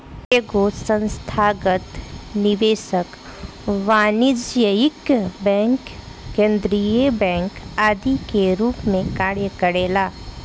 एगो संस्थागत निवेशक वाणिज्यिक बैंक केंद्रीय बैंक आदि के रूप में कार्य करेला